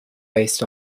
based